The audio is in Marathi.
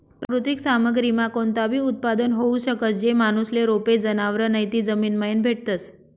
प्राकृतिक सामग्रीमा कोणताबी उत्पादन होऊ शकस, जे माणूसले रोपे, जनावरं नैते जमीनमाईन भेटतस